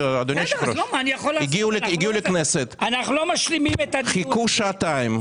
הגיעו לכנסת, חיכו שעתיים.